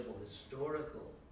historical